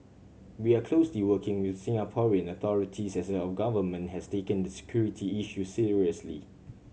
we are closely working with Singaporean authorities as our government has taken the security issue seriously